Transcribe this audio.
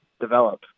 develop